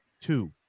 two